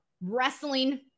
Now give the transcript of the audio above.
wrestling